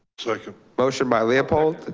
second. motion by leopold,